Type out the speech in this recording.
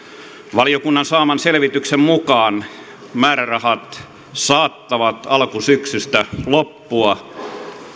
valiokunnan saaman selvityksen mukaan määrärahat saattavat alkusyksystä loppua